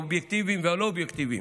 האובייקטיביים והלא-אובייקטיביים,